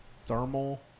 thermal